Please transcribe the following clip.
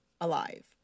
alive